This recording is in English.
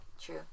True